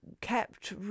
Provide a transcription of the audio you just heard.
kept